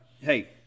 hey